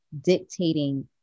dictating